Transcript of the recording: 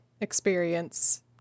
experience